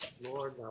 lord